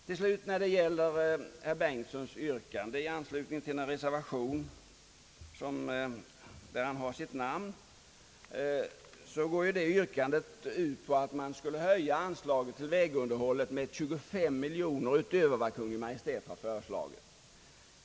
till den reservation, under vilka han har sitt namn, går ut på att man skulle höja anslaget till vägunderhåll med 25 miljoner utöver vad Kungl. Maj:t föreslagit.